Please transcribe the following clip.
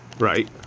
Right